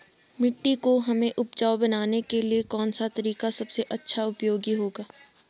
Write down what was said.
मिट्टी को हमें उपजाऊ बनाने के लिए कौन सा तरीका सबसे अच्छा उपयोगी होगा?